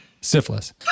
Syphilis